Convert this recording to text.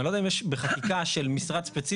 אני לא יודע אם יש בחקיקה של משרד ספציפי